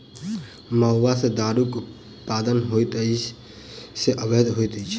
महुआ सॅ जे दारूक उत्पादन होइत अछि से अवैध होइत अछि